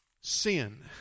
Sin